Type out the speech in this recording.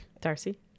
darcy